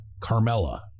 Carmella